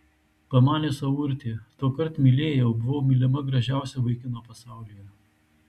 pamanė sau urtė tuokart mylėjau buvau mylima gražiausio vaikino pasaulyje